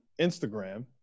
Instagram